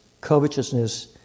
covetousness